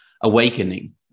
awakening